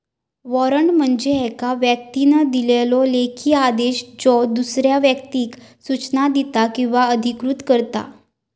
warrant म्हणजे येका व्यक्तीन दिलेलो लेखी आदेश ज्यो दुसऱ्या व्यक्तीक सूचना देता किंवा अधिकृत करता